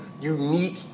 unique